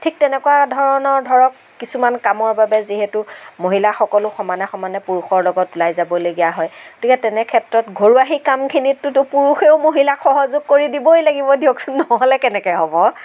ঠিক তেনেকুৱা ধৰণৰ ধৰক কিছুমান কামৰ বাবে যিহেতু মহিলা সকলো সমানে সমানে পুৰুষৰ লগত ওলাই যাবলগীয়া হয় গতিকে তেনে ক্ষেত্ৰত ঘৰুৱা সেই কামখিনিতটোটো পুৰুষেও মহিলাক সহযোগ কৰি দিবই লাগিব দিয়কচোন নহ'লে কেনেকে হ'ব